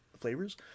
flavors